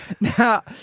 Now